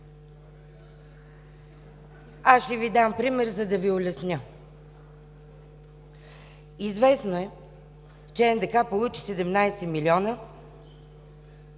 Ще Ви дам пример, за да Ви улесня. Известно е, че НДК получи 17 милиона